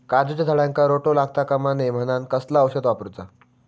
काजूच्या झाडांका रोटो लागता कमा नये म्हनान कसला औषध वापरूचा?